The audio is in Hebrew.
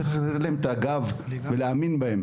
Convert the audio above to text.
צריך לתת להם את הגב ולהאמין בהם.